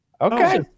okay